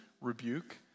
rebuke